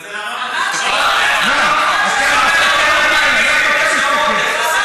הוא רוצה להראות, עשה שלום לזוהיר בהלול.